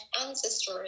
ancestors